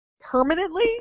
permanently